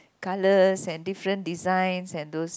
colours and different designs and those